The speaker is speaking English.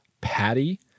Patty